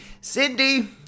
Cindy